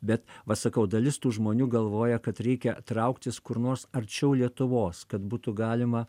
bet va sakau dalis tų žmonių galvoja kad reikia trauktis kur nors arčiau lietuvos kad būtų galima